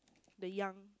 the young